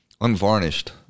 unvarnished